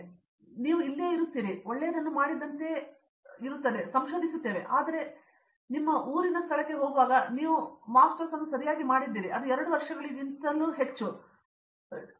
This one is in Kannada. ಆದರೆ ನೀವು ಇನ್ನೂ ಇಲ್ಲಿಯೇ ಇರುತ್ತೀರಿ ನಾವು ಒಳ್ಳೆಯದನ್ನು ಮಾಡಿದಂತೆಯೇ ಅದು ಒಳ್ಳೆಯದು ಎಂದು ನಾವು ಸಂಶೋಧಿಸುತ್ತೇವೆ ಆದರೆ ನನ್ನ ಮನೆಗೆ ಸ್ಥಳಕ್ಕೆ ಹೋಗುವಾಗ ಸರಿ ನೀವು ಮ್ಯಾಸ್ಟರ್ಸ್ ಅನ್ನು ಸರಿಯಾಗಿ ಮಾಡಿದ್ದೀರಿ ಅದು 2 ವರ್ಷಗಳಿಗಿಂತ ಹೆಚ್ಚು ನೀವು ವಿಫಲರಾಗಿದ್ದೀರಿ ಅಥವಾ ಏನನ್ನಾದರೂ ಮಾಡಿದ್ದೀರಿ